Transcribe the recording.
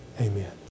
Amen